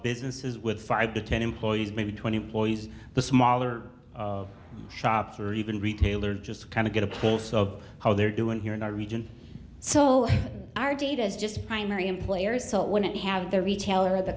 businesses with five to ten employees maybe twenty employees the smaller shops or even retailer just kind of get a place so how they're doing here in our region so our data is just primary employers so it wouldn't have the retail or the